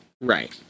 Right